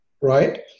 right